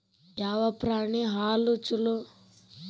ಯಾವ ಪ್ರಾಣಿ ಹಾಲು ಛಲೋ?